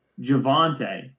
Javante